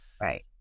right